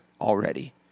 already